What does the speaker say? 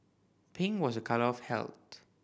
pink was a colour of health